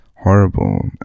horrible